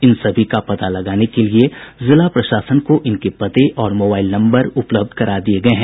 इन सभी का पता लगाने के लिये जिला प्रशासन को इनके पते और मोबाइल नंबर उपलब्ध करा दिए गए हैं